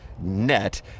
net